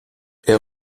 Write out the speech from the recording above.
est